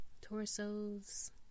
torsos